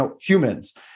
humans